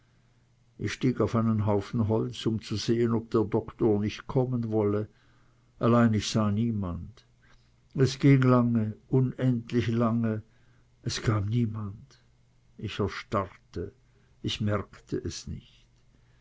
ich stieg auf einen haufen holz um zu sehen ob der doktor nicht kommen wolle allein ich sah niemand es ging lange unendlich lange es kam niemand ich erstarrte ich merkte es nicht